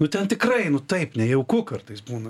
nu ten tikrai taip nejauku kartais būna